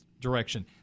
direction